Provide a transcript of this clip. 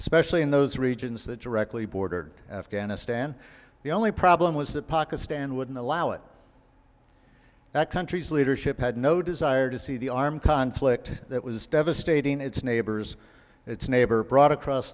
especially in those regions that directly bordered afghanistan the only problem was that pakistan wouldn't allow it that country's leadership had no desire to see the armed conflict that was devastating its neighbors its neighbor brought across